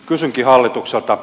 kysynkin hallitukselta